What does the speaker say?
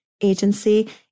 Agency